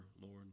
lord